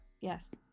yes